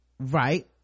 right